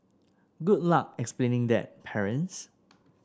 good luck explaining that parents